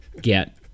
get